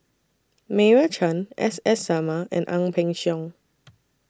Meira Chand S S Sarma and Ang Peng Siong